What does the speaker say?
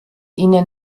ihnen